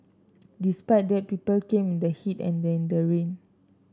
despite that people came in the heat and in the rain